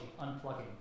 unplugging